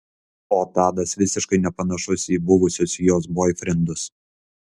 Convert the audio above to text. o tadas visiškai nepanašus į buvusius jos boifrendus